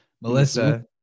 Melissa